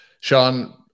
sean